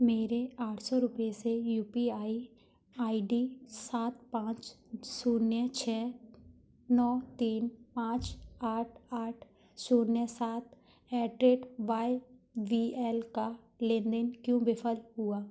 मेरे आठ सौ रुपये से U P I I D सात पाँच शून्य छः नौ तीन पाँच आठ आठ शून्य सात at rate Y B L का लेन देन क्यों विफल हुआ